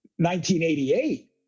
1988